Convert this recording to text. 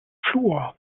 fluor